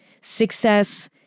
Success